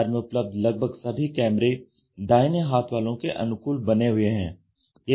बाजार में उपलब्ध लगभग सभी कैमरे दाहिने हाथ वालों के अनुकूल बने हुए हैं